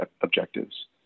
objectives